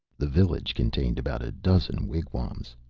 the village contained about a dozen wigwams.